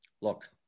Look